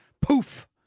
poof